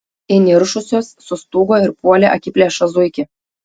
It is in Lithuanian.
įniršusios sustūgo ir puolė akiplėšą zuikį